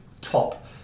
top